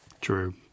True